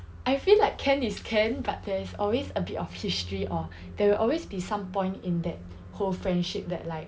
I feel like can is can but there's always a bit of history or there will always be some point in that whole friendship that like